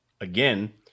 Again